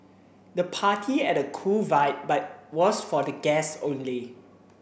the party had a cool vibe but was for the guests only